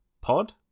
pod